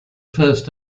first